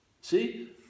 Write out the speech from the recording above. See